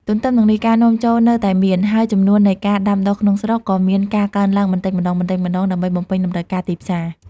ទន្ទឹមនឹងនេះ ការនាំចូលនៅតែមាន ហើយចំនួននៃការដាំដុះក្នុងស្រុកក៏មានការកើនឡើងបន្តិចម្តងៗដើម្បីបំពេញតម្រូវការទីផ្សារ។